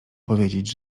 powiedzieć